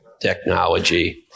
technology